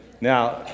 Now